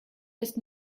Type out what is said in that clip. ist